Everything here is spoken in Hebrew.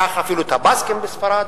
קח אפילו את הבסקים בספרד,